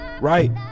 right